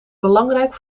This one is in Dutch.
belangrijk